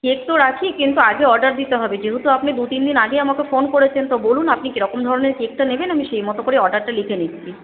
cake তো রাখি কিন্তু আগে অর্ডার দিতে হবে যেহেতু আপনি দু তিনদিন আগেই আমাকে ফোন করেছেন তো বলুন আপনি কীরকম ধরনের কেকটা নেবেন তো আমি সেই মতো করেই অর্ডারটা লিখে নিচ্ছি